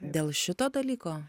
dėl šito dalyko